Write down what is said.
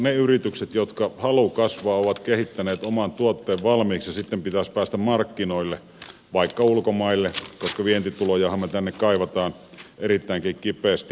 ne yritykset jotka haluavat kasvaa ovat kehittäneet oman tuotteensa valmiiksi ja sitten pitäisi päästä markkinoille vaikka ulkomaille koska vientitulojahan me tänne kaipaamme erittäinkin kipeästi